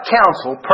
counsel